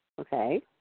Okay